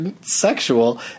Sexual